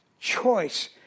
choice